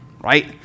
right